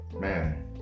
man